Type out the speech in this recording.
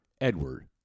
Edward